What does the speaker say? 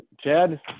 Chad